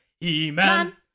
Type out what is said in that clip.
He-Man